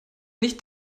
nicht